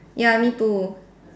ya me too